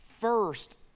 First